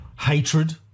hatred